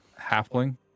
halfling